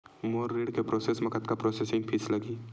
मोर ऋण के प्रोसेस म कतका प्रोसेसिंग फीस लगही?